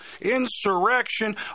insurrection